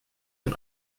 den